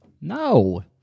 No